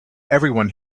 everyone